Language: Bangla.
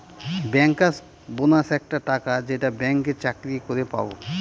ব্যাঙ্কার্স বোনাস একটা টাকা যেইটা ব্যাঙ্কে চাকরি করে পাবো